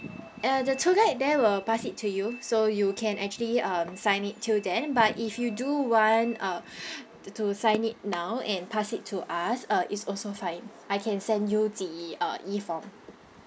uh the tour guide there will pass it to you so you can actually um sign it till then but if you do want uh to to sign it now and pass it to us uh it's also fine I can send you the uh E form